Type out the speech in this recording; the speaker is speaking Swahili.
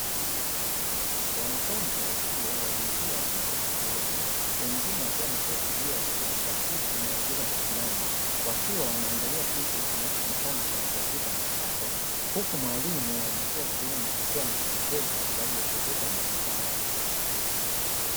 Wanafunzi wa chuo wa jinsia ya kike na kiume wengine wameketi juu ya viti vya plastiki na wengine wamesimama, wakiwa wanaangalia kitu kinachoonekana kwenye kompyuta mpakato. Huku mwalimu wa jinsia ya kiume akiwa anawaelekeza kwa ajili ya kuongeza maarifa yao.